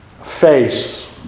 face